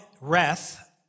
wrath